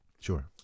Sure